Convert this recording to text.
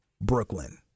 Brooklyn